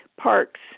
parks